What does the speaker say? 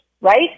Right